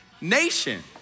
nation